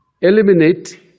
Eliminate